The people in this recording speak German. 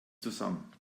zusammen